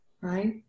right